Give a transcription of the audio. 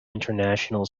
international